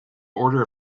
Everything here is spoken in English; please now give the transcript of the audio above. order